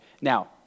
Now